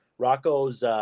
Rocco's